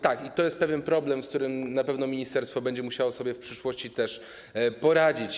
Tak, to jest pewien problem, z którym na pewno ministerstwo będzie musiało sobie w przyszłości poradzić.